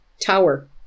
tower